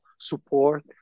support